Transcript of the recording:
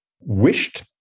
wished